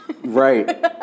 Right